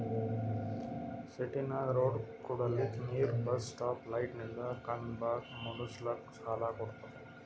ಸಿಟಿನಾಗ್ ರೋಡ್ ಕುಡಿಲಕ್ ನೀರ್ ಬಸ್ ಸ್ಟಾಪ್ ಲೈಟಿಂದ ಖಂಬಾ ಮಾಡುಸ್ಲಕ್ ಸಾಲ ಕೊಡ್ತುದ